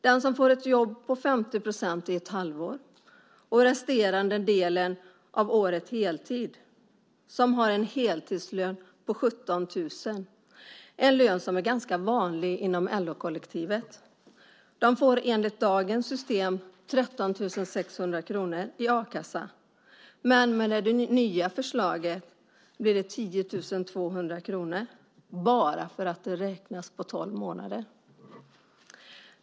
Den som får ett jobb på 50 % i ett halvår och resterande delen av året arbetar heltid och som har en heltidslön på 17 000 kr - en lön som är ganska vanlig inom LO-kollektivet - får enligt dagens system 13 600 kr i a-kasseersättning. Men med det nya förslaget blir beloppet 10 200 kr bara för att det räknas på tolv månader.